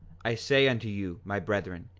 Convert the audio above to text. i say unto you, my brethren,